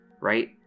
Right